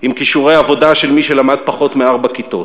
עם כישורי עבודה של מי שלמד פחות מארבע כיתות.